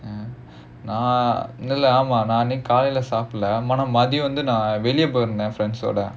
mm நான் இல்ல ஆமா நான் காலைல சாப்பிடல ஆனா மத்தியானம் வெளிய போயி இருந்தேன்:naan illa aamaa naan kaalaiala saapidala aanaa mathiyaanam veliya poyi irunthaen friends ஓட:oda